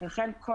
שזה